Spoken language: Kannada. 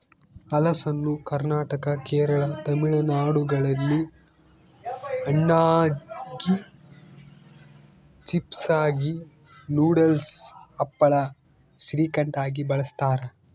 ಹಲಸನ್ನು ಕರ್ನಾಟಕ ಕೇರಳ ತಮಿಳುನಾಡುಗಳಲ್ಲಿ ಹಣ್ಣಾಗಿ, ಚಿಪ್ಸಾಗಿ, ನೂಡಲ್ಸ್, ಹಪ್ಪಳ, ಶ್ರೀಕಂಠ ಆಗಿ ಬಳಸ್ತಾರ